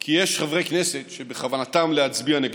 כי יש חברי כנסת שבכוונתם להצביע נגדו.